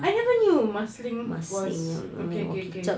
I never knew marsiling was okay okay okay